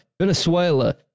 Venezuela